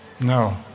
No